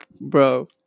bro